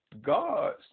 God's